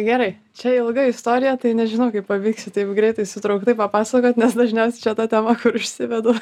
gerai čia ilga istorija tai nežinau kaip pavyks taip greitai sutrauktai papasakot nes dažniausiai čia ta tema užsivedu